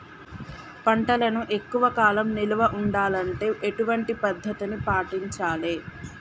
పంటలను ఎక్కువ కాలం నిల్వ ఉండాలంటే ఎటువంటి పద్ధతిని పాటించాలే?